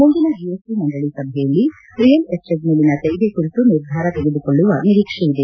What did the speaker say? ಮುಂದಿನ ಜಿಎಸ್ಟಿ ಮಂಡಳ ಸಭೆಯಲ್ಲಿ ರಿಯಲ್ ಎಸ್ಸೇಟ್ ಮೇಲಿನ ತೆರಿಗೆ ಕುರಿತು ನಿರ್ಧಾರ ತೆಗೆದುಕೊಳ್ಳುವ ನಿರೀಕ್ಷೆಯಿದೆ